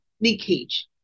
leakage